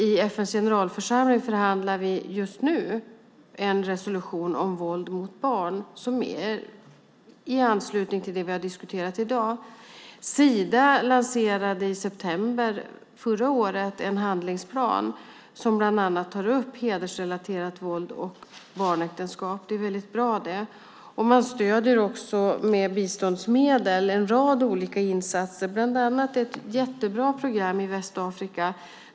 I FN:s generalförsamling förhandlar vi just nu om en resolution om våld mot barn i anslutning till det vi har diskuterat i dag. Sida lanserade i september förra året en handlingsplan som bland annat tar upp hedersrelaterat våld och barnäktenskap. Det är bra. Man stöder också med biståndsmedel en rad olika insatser, bland annat ett mycket bra program i Västafrika.